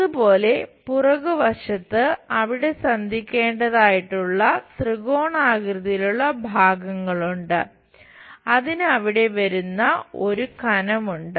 അതുപോലെ പുറകുവശത്ത് അവിടെ സന്ധിക്കേണ്ടതായിട്ടുള്ള ത്രികോണാകൃതിയിലുള്ള ഭാഗങ്ങളുണ്ട് അതിന് അവിടെ വരുന്ന ഒരു കനം ഉണ്ട്